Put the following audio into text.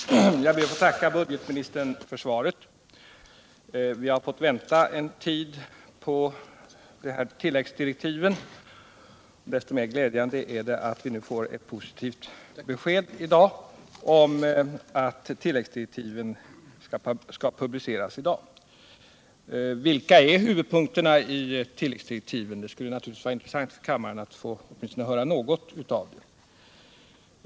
Herr talman! Jag ber att få tacka budgetministern för svaret. Vi har fått vänta en tid på tilläggsdirektiven. Så mycket mer glädjande är det att vi nu får ett positivt besked om att de skall publiceras i dag. Vilka är huvudpunkterna i tilläggsdirektiven? Det skulle naturligtvis vara intressant för kammarens ledamöter att få höra åtminstone något härom.